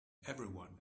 everyone